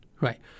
Right